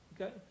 okay